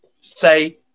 say